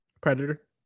predator